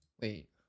Wait